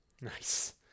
Nice